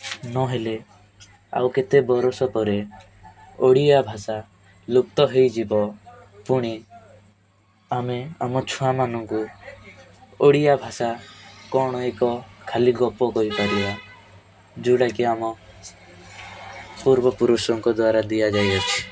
ନହେଲେ ଆଉ କେତେବର୍ଷ ପରେ ଓଡ଼ିଆ ଭାଷା ଲୁପ୍ତ ହେଇଯିବ ପୁଣି ଆମେ ଆମ ଛୁଆମାନଙ୍କୁ ଓଡ଼ିଆ ଭାଷା କ'ଣ ଏକ ଖାଲି ଗପ କହିପାରିବା ଯେଉଁଟା କି ଆମ ପୂର୍ବପୁରୁଷଙ୍କ ଦ୍ଵାରା ଦିଆଯାଇଅଛି